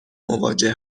مواجه